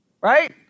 Right